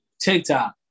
TikTok